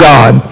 God